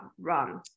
wrong